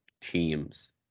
teams